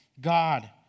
God